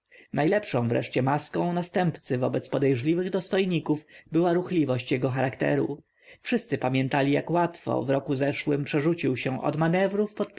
najlepszą wreszcie maską następcy wobec kapłańskich dostojników była ruchliwość jego charakteru wszyscy pamiętali jak łatwo w roku zeszłym przerzucił się od